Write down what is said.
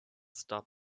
stop